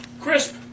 Crisp